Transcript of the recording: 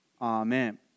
amen